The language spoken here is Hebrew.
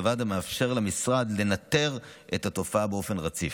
דבר זה מאפשר למשרד לנטר את התופעה באופן רציף.